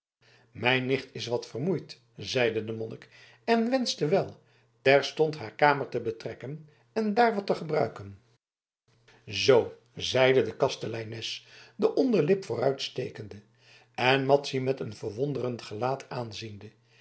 mijn nicht is wat vermoeid zeide de monnik en wenschte wel terstond haar kamer te betrekken en daar wat te gebruiken zoo zeide de kasteleines de onderlip vooruitstekende en madzy met een verwonderd gelaat aanziende